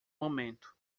momento